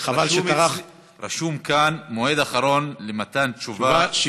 רשום כאן: מועד אחרון למתן תשובה,